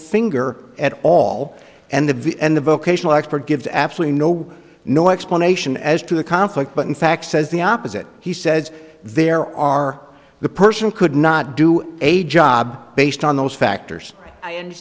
finger at all and the very end the vocational expert gives absolutely no no explanation as to the conflict but in fact says the opposite he says there are the person could not do a job based on those factors